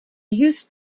used